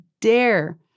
dare